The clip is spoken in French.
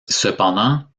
cependant